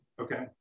Okay